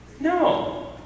No